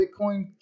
Bitcoin